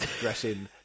dressing